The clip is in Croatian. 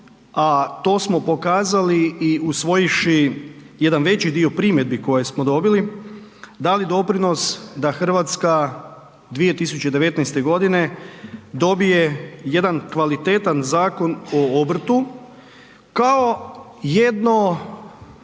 a to smo pokazali i usvojivši jedan veći dio primjedbi koje smo dobili, dali doprinos da Hrvatska 2019. godine dobije jedan kvalitetan Zakon o obrtu kao jedno